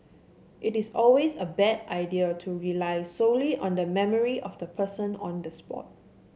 it is always a bad idea to rely solely on the memory of the person on the spot